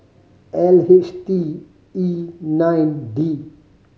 L H T E nine D